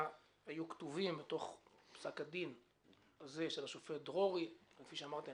היו כתובים בפסק הדין של השופט דרורי וכפי שאמרתי,